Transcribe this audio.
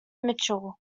mitchell